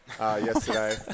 yesterday